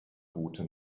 route